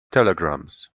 telegrams